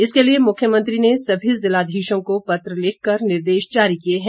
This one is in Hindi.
इसके लिए मुख्यमंत्री ने सभी जिलाधीशों को पत्र लिख कर निर्देश जारी किए हैं